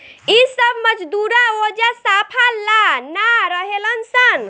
इ सब मजदूरा ओजा साफा ला ना रहेलन सन